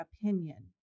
opinion